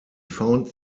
found